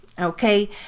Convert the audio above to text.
Okay